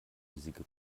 riesige